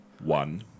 one